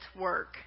work